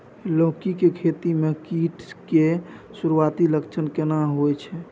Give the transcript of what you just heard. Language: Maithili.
लौकी के खेती मे कीट के सुरूआती लक्षण केना होय छै?